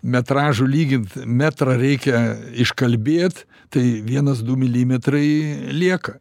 metražu lygint metrą reikia iškalbėt tai vienas du milimetrai lieka